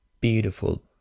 beautiful